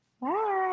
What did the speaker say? Bye